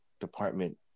department